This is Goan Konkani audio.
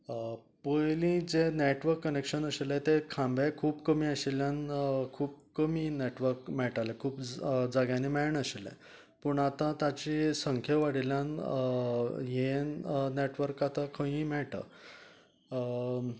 पयली जे नॅटवर्क कनॅक्शन आशिल्ले तें खांबे खूब कमी आशिल्यान खूब कमी नॅटवर्क मेळटालें खूब जाग्यांनी मेळनाशिल्लें पूण आता ताची संख्या वाडिल्ल्यान हे नॅटवर्क आता खंयूय मेळटा